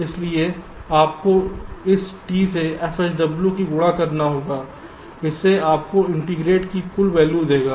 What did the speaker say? इसलिए आपको इस T से fSW में गुणा करना होगा इससे आपको इंटीग्रेट की कुल वैल्यू देगा